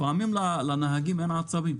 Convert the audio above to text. לפעמים לנהג אין עצבים,